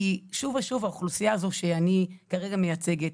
כי שוב ושוב האוכלוסייה הזאת שאני כרגע מייצגת,